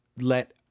let